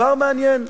דבר מעניין,